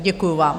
Děkuju vám.